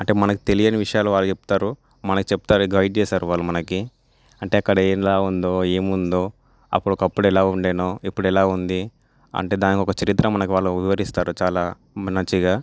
అంటే మనకు తెలియని విషయాలు వాళ్ళు చెప్తారు మనకు చెప్తారు మనకి గైడ్ చేస్తారు వాళ్ళు మనకి అంటే అక్కడ ఎలా ఉందో ఏముందో అప్పుడు ఒకప్పుడు ఎలా ఉండెనో ఇప్పుడెలా ఉంది అంటే దానికి ఒక చరిత్ర మనకు వాళ్ళు వివరిస్తారు చాలా మంచిగా